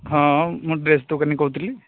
ହଁ ମୁଁ ଡ୍ରେସ୍ ଦୋକାନୀ କହୁଥିଲି